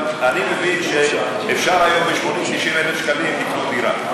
אבל אני מבין שאפשר היום ב-80,000 90,000 שקלים לקנות דירה.